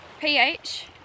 pH